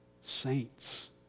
saints